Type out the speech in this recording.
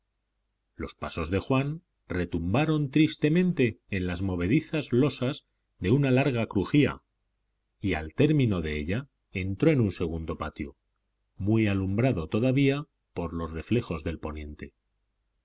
los pasos de juan retumbaron tristemente en las movedizas losas de una larga crujía y al término de ella entró en un segundo patio muy alumbrado todavía por los reflejos del poniente